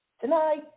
Tonight